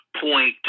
point